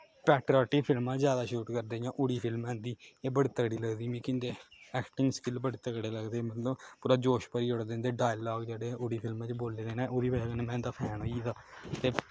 एह् पेटराटिक फिल्मां ज्यादा शूट करदे जियां उड़ी फिल्म ऐ इं'दी एह् बड़ी तगड़ी लगदी मिकी इं'दी ऐक्टिंग स्किल बड़े तगड़े लगदे मतलब पूरा जोश भरी ओड़दे इं'दे डायलाग जेह्ड़े उड़ी फिल्म दे बोल्ले दे न ओह्दी बजह कन्नै में इं'दा फैन होई गेदा हा ते